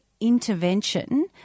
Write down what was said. intervention